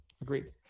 Agreed